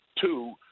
two